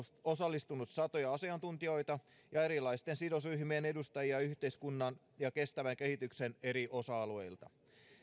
osallistunut satoja asiantuntijoita ja erilaisten sidosryhmien edustajia yhteiskunnan ja kestävän kehityksen eri osa alueilta